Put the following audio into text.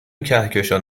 کهکشان